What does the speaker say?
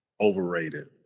overrated